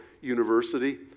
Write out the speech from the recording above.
University